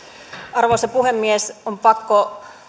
arvoisa puhemies on pakko